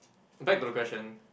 back to the question